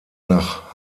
nach